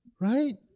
Right